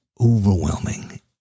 overwhelming